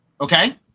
okay